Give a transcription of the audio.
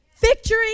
Victory